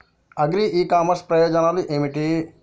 Agri e commerce ప్రయోజనాలు ఏమిటి?